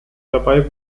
dabei